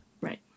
Right